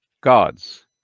gods